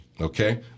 Okay